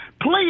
Please